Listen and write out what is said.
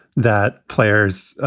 that players,